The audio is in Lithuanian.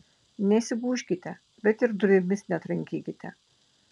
nesigūžkite bet ir durimis netrankykite